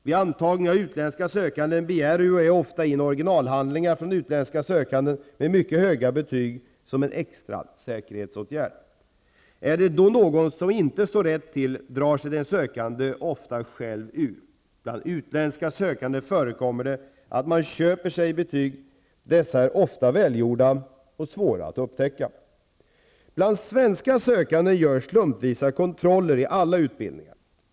Vid antagning av utländska sökanden begär UHÄ ofta in, som en extra säkerhetsåtgärd, originalhandlingar från utländska sökanden med mycket höga betyg. Är det då något som inte står rätt till drar sig den sökande ofta själv ur. Bland utländska sökande förekommer det att man köper sig betyg. Dessa är ofta välgjorda och svåra att upptäcka. Bland svenska sökanden görs slumpvisa kontroller i alla utbildningar.